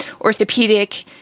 orthopedic